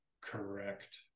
correct